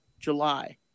July